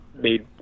Made